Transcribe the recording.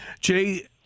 Jay